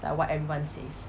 like what everyone says